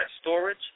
storage